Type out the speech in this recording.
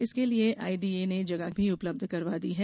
इसके लिए आईडीए ने जगह भी उपलब्ध करवा दी है